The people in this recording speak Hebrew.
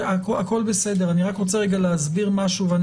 הכול בסדר אני רק רוצה רגע להסביר משהו ואני